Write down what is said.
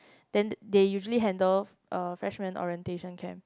then they usually handle uh freshman orientation camp